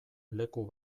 leku